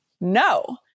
no